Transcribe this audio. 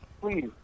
please